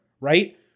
right